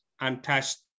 untouched